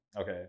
okay